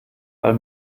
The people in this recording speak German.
weil